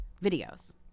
videos